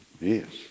yes